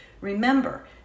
Remember